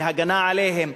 להגנה עליהם,